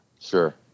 Sure